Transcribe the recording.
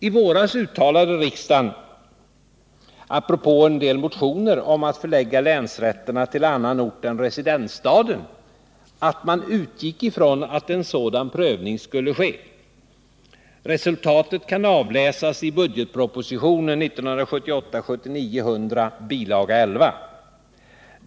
I våras uttalade riksdagen apropå en del motioner om att förlägga länsrätterna till annan ort än residensstaden att man utgick ifrån att en sådan prövning skulle ske. Resultatet kan avläsas i budgetpropositionen 1978/ 79:100, bilaga 11.